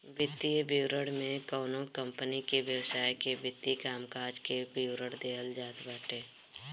वित्तीय विवरण में कवनो कंपनी के व्यवसाय के वित्तीय कामकाज के विवरण देहल जात बाटे